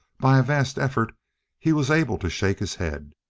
by a vast effort he was able to shake his head.